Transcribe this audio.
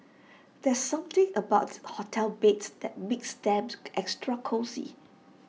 there's something about hotel beds that makes them extra cosy